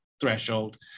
threshold